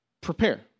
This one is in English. prepare